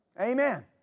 Amen